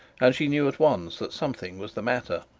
and she knew at once that something was the matter.